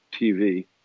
TV